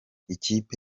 ikipe